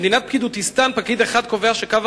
במדינת פקידותיסטן פקיד אחד קובע שקו